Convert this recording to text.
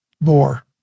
more